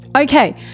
Okay